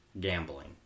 Gambling